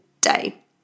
day